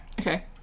Okay